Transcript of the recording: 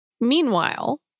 Meanwhile